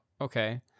Okay